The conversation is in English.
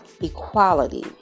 equality